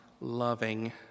loving